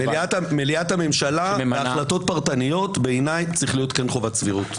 מליאת הממשלה בהחלטות פרטניות בעיניי כן צריכה להיות חובת סבירות.